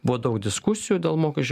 buvo daug diskusijų dėl mokesčių